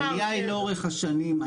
העלייה היא לאורך השנים,